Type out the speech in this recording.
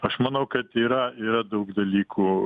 aš manau kad yra yra daug dalykų